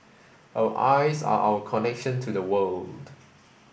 our eyes are our connection to the world